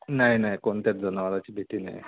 नाही नाही कोणत्याच जनावराची भिती नाही आहे